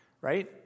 right